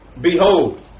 Behold